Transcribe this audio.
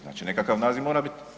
Znači nekakav naziv mora biti.